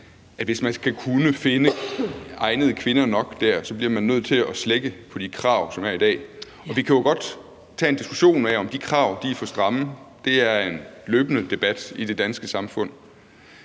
at hvis man skal kunne finde egnede kvinder nok dér, bliver man nødt til at slække på de krav, som der er i dag. Og vi kan jo godt tage en diskussion af, om de krav er for stramme. Det er en løbende debat i det danske samfund.